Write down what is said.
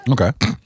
Okay